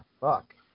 fuck